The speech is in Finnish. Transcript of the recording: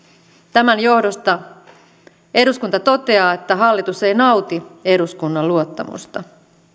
tämän johdosta eduskunta toteaa että hallitus ei nauti eduskunnan luottamusta